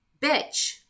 Bitch